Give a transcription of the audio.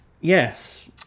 yes